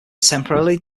temporarily